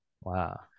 wow